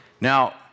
Now